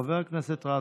חבר הכנסת רז,